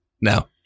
now